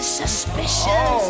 suspicious